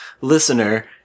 Listener